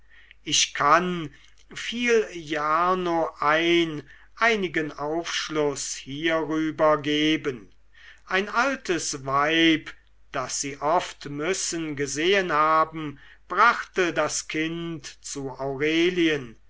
ich kann fiel jarno ein einigen aufschluß hierüber geben ein altes weib das sie oft müssen gesehen haben brachte das kind zu aurelien